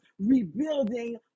rebuilding